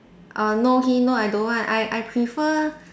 uh no he no I don't want I I prefer